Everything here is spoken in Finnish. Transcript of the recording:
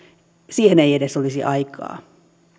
siihen ei edes olisi aikaa